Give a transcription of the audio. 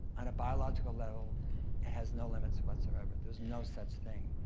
on a biological level, it has no limits whatsoever. there's no such thing.